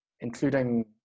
including